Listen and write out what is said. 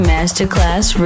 Masterclass